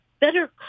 better